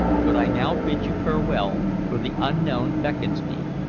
but i now bid you farewell, for the unknown beckons me,